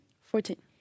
Fourteen